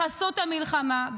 בחסות המלחמה,